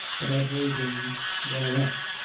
but i heard him well enough.